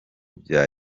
bya